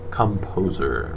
composer